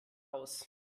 aus